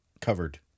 covered